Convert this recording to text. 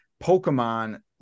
Pokemon